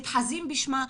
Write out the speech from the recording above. מתחזים בשמה,